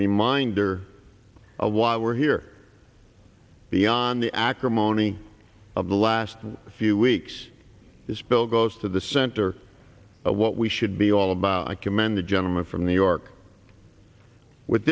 reminder of why we're here beyond the acrimony of the last few weeks this bill goes to the center of what we should be all about i commend the gentleman from new york with